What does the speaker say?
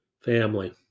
family